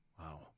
Wow